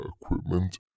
equipment